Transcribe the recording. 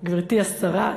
גברתי השרה,